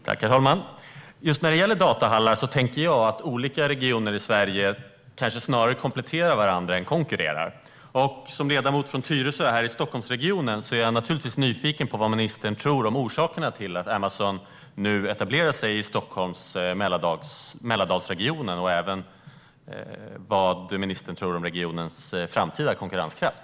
Herr talman! Just när det gäller datahallar tänker jag att olika regioner i Sverige kanske snarare kompletterar varandra än konkurrerar. Som ledamot från Tyresö i Stockholmsregionen är jag naturligtvis nyfiken på vad ministern tror om orsakerna till att Amazon nu etablerar sig i Stockholms och Mälardalsregionen och även vad ministern tror om regionens framtida konkurrenskraft.